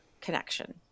connection